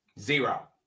Zero